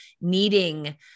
needing